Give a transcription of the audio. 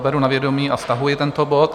Beru na vědomí a stahuji tento bod.